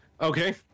Okay